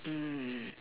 mm